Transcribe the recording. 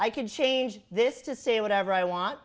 i could change this to say whatever i want